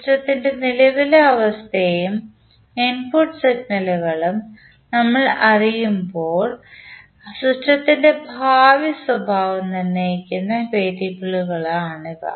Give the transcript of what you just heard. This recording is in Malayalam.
സിസ്റ്റത്തിന്റെ നിലവിലെ അവസ്ഥയും ഇൻപുട്ട് സിഗ്നലുകളും നമുക്ക് അറിയുമ്പോൾ സിസ്റ്റത്തിന്റെ ഭാവി സ്വഭാവം നിർണ്ണയിക്കുന്ന വേരിയബിളുകളാണ് ഇവ